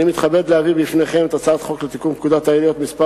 אני מתכבד להביא בפניכם את הצעת חוק לתיקון פקודת העיריות (מס'